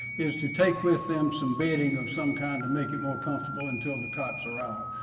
is to take with them some bedding of some kind to make it more comfortable until the cops arrived.